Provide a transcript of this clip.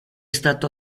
stato